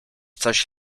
coś